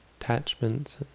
attachments